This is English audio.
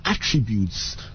attributes